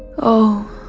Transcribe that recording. oh,